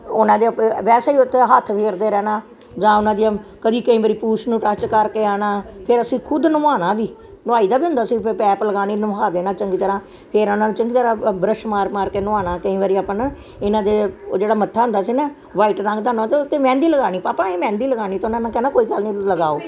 ਉਹਨਾਂ ਦੇ ਅਪ ਵੈਸੇ ਹੀ ਉੱਥੇ ਹੱਥ ਫੇਰਦੇ ਰਹਿਣਾ ਜਾਂ ਉਹਨਾਂ ਦੀਆਂ ਕਦੇ ਕਈ ਵਾਰ ਪੂਛ ਨੂੰ ਟੱਚ ਕਰਕੇ ਆਉਣਾ ਫਿਰ ਅਸੀਂ ਖੁਦ ਨਹਾਉਣਾ ਵੀ ਨਹਾਈ ਦਾ ਵੀ ਹੁੰਦਾ ਸੀ ਪੈਪ ਲਗਾਉਣੀ ਨਹਾ ਦੇਣਾ ਚੰਗੀ ਤਰ੍ਹਾਂ ਫਿਰ ਉਹਨਾਂ ਨੂੰ ਚੰਗੀ ਤਰਾਂ ਬ੍ਰਸ਼ ਮਾਰ ਮਾਰ ਕੇ ਨਹਾਉਣਾ ਕਈ ਵਾਰ ਆਪਾਂ ਨਾ ਇਹਨਾਂ ਦੇ ਉਹ ਜਿਹੜਾ ਮੱਥਾ ਹੁੰਦਾ ਸੀ ਨਾ ਵਾਈਟ ਰੰਗ ਦਾ ਹੋਣਾ ਅਤੇ ਉੱਤੇ ਮਹਿੰਦੀ ਲਗਾਉਣੀ ਪਾਪਾ ਅਸੀਂ ਮਹਿੰਦੀ ਲਗਾਉਣੀ ਤਾਂ ਉਨ੍ਹਾਂ ਨੇ ਕਹਿਣਾ ਕੋਈ ਗੱਲ ਨਹੀਂ ਲਗਾਓ